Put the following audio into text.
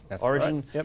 Origin